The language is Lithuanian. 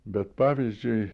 bet pavyzdžiui